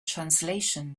translation